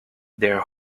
their